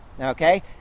okay